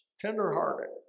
Tenderhearted